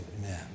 Amen